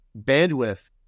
bandwidth